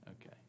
Okay